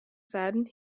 saddened